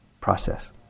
process